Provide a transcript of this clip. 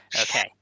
Okay